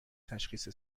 تشخیص